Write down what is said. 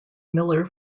miller